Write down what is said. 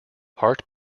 hart